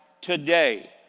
today